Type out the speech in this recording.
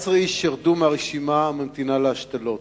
11 איש ירדו מהרשימה של הממתינים להשתלות.